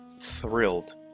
thrilled